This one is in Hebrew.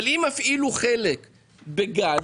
אבל אם יפעילו חלק בגז,